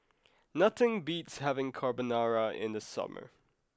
nothing beats having Carbonara in the summer